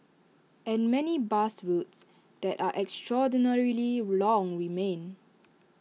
and many bus routes that are extraordinarily long remain